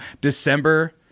December